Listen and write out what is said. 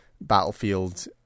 Battlefield